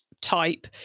type